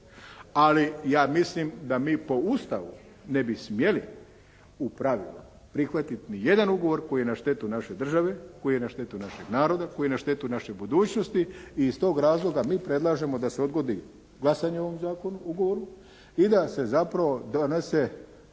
Ali ja mislim da mi po Ustavu ne bi smjeli, u pravilu prihvatiti niti jedan ugovor koji je na štetu naše države, koji je na štetu našeg naroda, koji je na štetu naše budućnosti i iz tog razloga mi predlažemo da se odgodi glasanje o ovom zakonu, ugovoru i da se zapravo donese